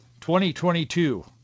2022